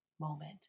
moment